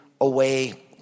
away